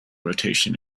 rotation